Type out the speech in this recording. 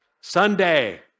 Sunday